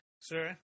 sir